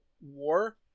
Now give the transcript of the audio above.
war